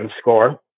score